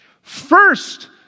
First